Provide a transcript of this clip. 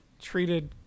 treated